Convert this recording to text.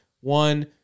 One